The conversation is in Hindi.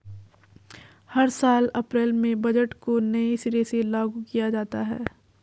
हर साल अप्रैल में बजट को नये सिरे से लागू किया जाता है